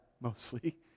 mostly